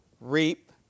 reap